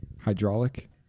hydraulic